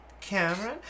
Cameron